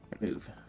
move